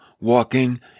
walking